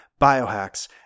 biohacks